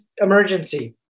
emergency